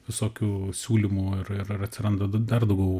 visokių siūlymų ir ir ir atsiranda dar daugiau